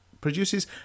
produces